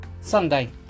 Sunday